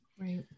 right